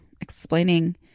explaining